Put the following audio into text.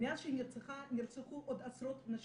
מאז שהיא נרצחה נרצחו עוד עשרות נשים.